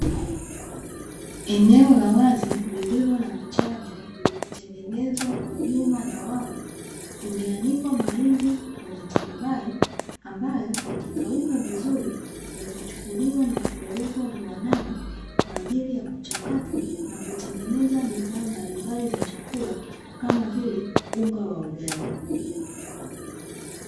Eneo la wazi lililo na vichanja, vilivyotengenezwa kwa vyuma na wavu kumeanikwa mahindi kwenye turubai, ambayo yakikauka vizuri yatachukuliwa na kupelekwa viwandani, kwa ajili ya kuchakatwa na kutengeneza bidhaa mbalimbali za chakula, kama vile unga wa ugali.